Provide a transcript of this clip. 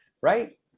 right